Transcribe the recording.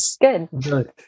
Good